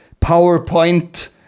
PowerPoint